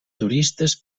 turistes